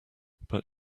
but